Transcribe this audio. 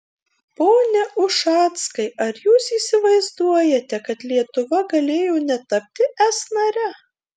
pone ušackai ar jūs įsivaizduojate kad lietuva galėjo netapti es nare